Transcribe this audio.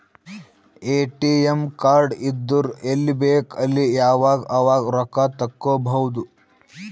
ATM card ಇದ್ದುರ್ ಎಲ್ಲಿ ಬೇಕ್ ಅಲ್ಲಿ ಯಾವಾಗ್ ಅವಾಗ್ ರೊಕ್ಕಾ ತೆಕ್ಕೋಭೌದು